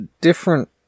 different